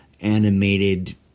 animated